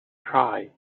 cry